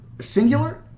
singular